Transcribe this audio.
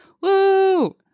Woo